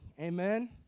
amen